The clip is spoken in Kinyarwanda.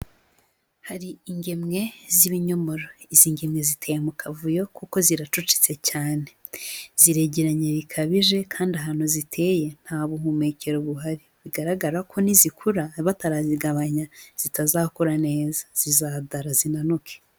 Hari ingemwe z'ibinyomoro. Izi ngemwe ziteye mu kavuyo, kuko ziracucitse cyane. Ziregeranye bikabije kandi ahantu ziteye nta buhumekero buhari. Bigaragara ko nizikura batazigabanya zitazakura neza, zizadara zinanuke.